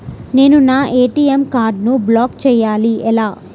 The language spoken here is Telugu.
నేను నా ఏ.టీ.ఎం కార్డ్ను బ్లాక్ చేయాలి ఎలా?